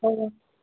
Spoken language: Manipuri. ꯍꯣꯏ ꯍꯣꯏ